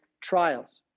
trials